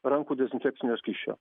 rankų dezinfekcinio skysčio